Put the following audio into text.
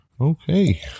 Okay